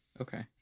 Okay